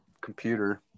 computer